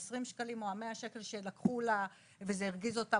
ה-20 שקלים או 100 שקל שלקחו לה וזה הרגיז אותה